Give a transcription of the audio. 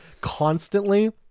constantly